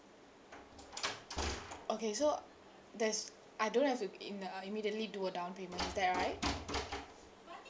okay so there's I don't have to in~ immediately do a down payment is that right